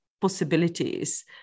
possibilities